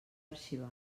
arxivar